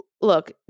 look